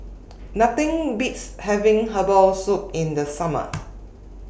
Nothing Beats having Herbal Soup in The Summer